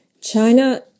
China